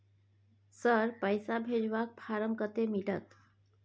Sir, पैसा भेजबाक form कत्ते मिलत?